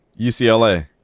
UCLA